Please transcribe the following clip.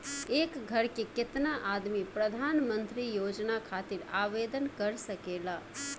एक घर के केतना आदमी प्रधानमंत्री योजना खातिर आवेदन कर सकेला?